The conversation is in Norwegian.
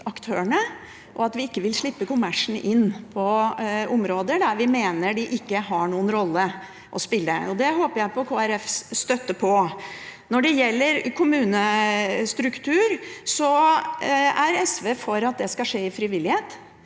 og at vi ikke vil slippe kommersen inn på områder der vi mener de ikke har noen rolle å spille. Der håper jeg på Kristelig Folkepartis støtte. Når det gjelder kommunestruktur, er SV for at det skal skje i frivillighet.